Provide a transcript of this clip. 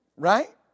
Right